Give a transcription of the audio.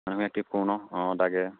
মানুহকেইটা থিক কৰো নহ্ অঁ তাকে